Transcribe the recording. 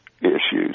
issues